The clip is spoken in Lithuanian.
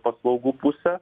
paslaugų pusė